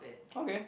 okay